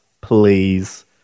Please